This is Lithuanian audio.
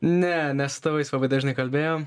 ne nes su tėvais labai dažnai kalbėjom